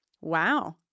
wow